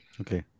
Okay